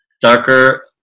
darker